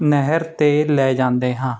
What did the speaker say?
ਨਹਿਰ 'ਤੇ ਲੈ ਜਾਂਦੇ ਹਾਂ